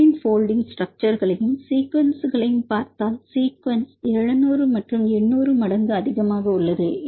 protein folding ஸ்ட்ரக்சர்களையும் sequence பார்த்தால் sequence 700 800 மடங்கு அதிகமாக உள்ளது